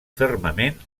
fermament